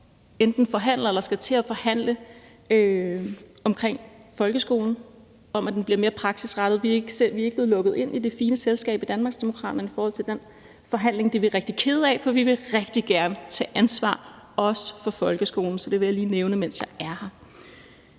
enten forhandler eller skal til at forhandle om folkeskolen, altså om den skal være mere praksisrettet. Vi i Danmarksdemokraterne er ikke blevet lukket ind i det fine selskab i forhold til den forhandling, og det er vi rigtig kede af, for vi ville rigtig gerne tage ansvar også for folkeskolen. Det ville jeg lige nævne, mens jeg er her.